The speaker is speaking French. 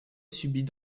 subit